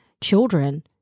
children